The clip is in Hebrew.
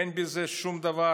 אין בזה שום דבר,